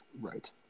right